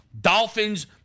Dolphins